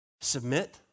Submit